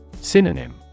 Synonym